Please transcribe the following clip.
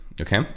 okay